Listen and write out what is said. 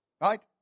Right